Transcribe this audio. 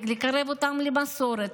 לקרב אותם למסורת,